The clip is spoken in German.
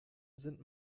sind